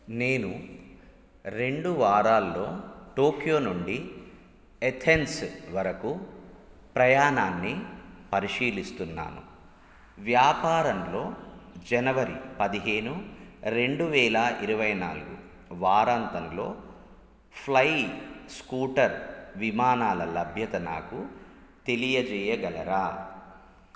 నేను రెండు వారాల్లో టోక్యో నుండి ఏథెన్స్ వరకు ప్రయాణాన్ని పరిశీలిస్తున్నాను వ్యాపారంలో జనవరి పదిహేను రెండు వేల ఇరవై నాలుగు వారాంతంలో ఫ్లై స్కూటర్ విమానాల లభ్యత నాకు తెలియజేయగలరా